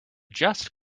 just